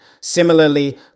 Similarly